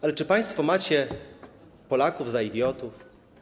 Ale czy państwo macie Polaków za idiotów?